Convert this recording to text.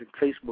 Facebook